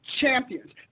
champions